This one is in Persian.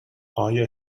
آیا